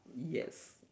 yes